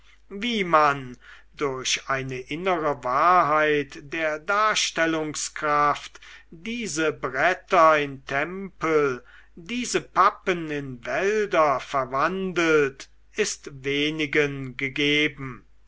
wie man durch eine innere wahrheit der darstellungskraft diese bretter in tempel diese pappen in wälder verwandelt ist wenigen gegeben